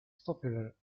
popular